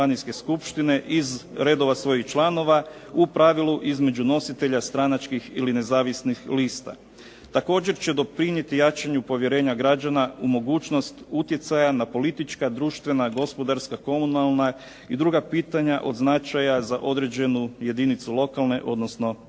iz redova svojih članova, u pravilu između nositelja stranačkih ili nezavisnih lista. Također će doprinijeti jačanju povjerenja građana u mogućnost utjecaja na politička, društvena, gospodarska, komunalna i druga pitanja od značaja za određenu jedinicu lokalne odnosno područne